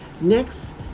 Next